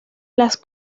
las